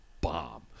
bomb